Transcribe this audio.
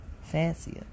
fancier